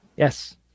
Yes